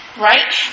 right